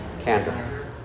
candor